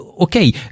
okay